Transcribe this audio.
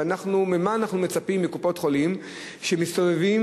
ומה אנחנו מצפים מקופות-חולים שמסתובבות